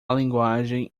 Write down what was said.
linguagem